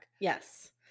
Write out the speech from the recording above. Yes